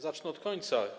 Zacznę od końca.